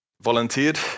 volunteered